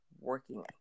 working